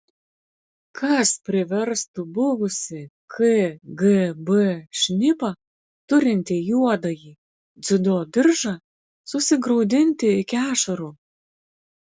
kas priverstų buvusį kgb šnipą turintį juodąjį dziudo diržą susigraudinti iki ašarų